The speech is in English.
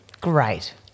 Great